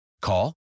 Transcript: Call